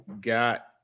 got